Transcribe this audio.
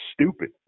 stupid